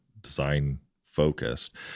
design-focused